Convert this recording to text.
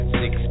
six